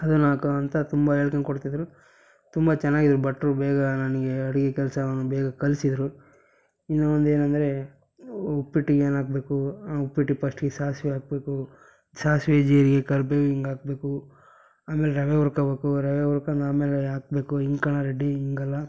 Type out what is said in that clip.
ಅದನ್ನು ಹಾಕು ಅಂತ ತುಂಬ ಹೇಳ್ಕಂಡು ಕೊಡ್ತಿದ್ದರು ತುಂಬ ಚೆನ್ನಾಗಿದ್ರು ಭಟ್ರು ಬೇಗ ನನಗೆ ಅಡಿಗೆ ಕೆಲಸವನ್ನು ಬೇಗ ಕಲಿಸಿದ್ರು ಇನ್ನೂ ಒಂದು ಏನಂದರೆ ಉಪ್ಪಿಟ್ಟಿಗೆ ಏನಾಕಬೇಕು ಉಪ್ಪಿಟ್ಟಿಗೆ ಫಸ್ಟ್ಗೆ ಸಾಸಿವೆ ಹಾಕಬೇಕು ಸಾಸಿವೆ ಜೀರಿಗೆ ಕರ್ಬೇವು ಹಿಂಗೆ ಹಾಕಬೇಕು ಆಮೇಲೆ ರವೆ ಹುರ್ಕಬೇಕು ರವೆ ಹುರ್ಕಂಡು ಆಮೇಲೆ ಹಾಕಬೇಕು ಹಿಂಗೆ ಕಣೋ ರೆಡ್ಡಿ ಹೀಗಲ್ಲ